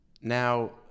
Now